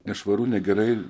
nešvaru negerai